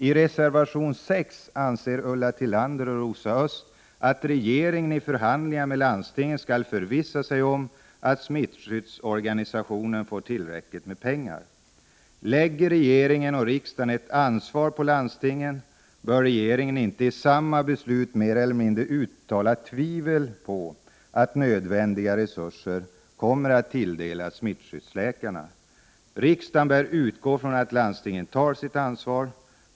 I reservation nr 6 anser Ulla Tillander och Rosa Östh att regeringen i förhandlingar med landstingen skall förvissa sig om att smittskyddsorganisationen får tillräckligt med pengar. Om regeringen och riksdagen lägger ett ansvar på landstingen, bör regeringen inte i samma beslut mer eller mindre uttala tvivel om att nödvändiga resurser kommer att tilldelas smittskyddsläkarna. Riksdagen bör utgå ifrån att landstingen tar sitt ansvar.